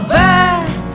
back